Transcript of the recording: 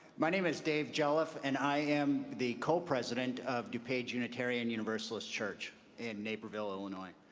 my name is dave geloff and i am the co-president of dupage unitarian universalist church in naperville, illinois.